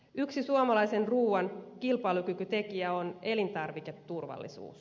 yksi suomalaisen ruuan kilpailukykytekijä on elintarviketurvallisuus